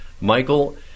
Michael